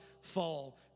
fall